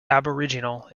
aboriginal